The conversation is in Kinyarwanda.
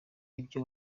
ibyo